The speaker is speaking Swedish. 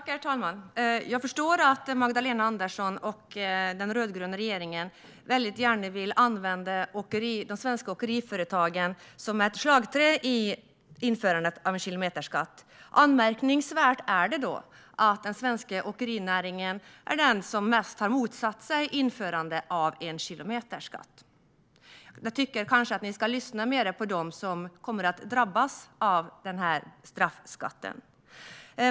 Herr talman! Jag förstår att Magdalena Andersson och den rödgröna regeringen väldigt gärna vill använda de svenska åkeriföretagen som ett slagträ i införandet av en kilometerskatt. Anmärkningsvärt är då att den svenska åkerinäringen är den part som mest har motsatt sig införandet av denna skatt. Jag tycker kanske att ni ska lyssna mer på dem som kommer att drabbas av denna straffskatt.